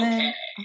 Okay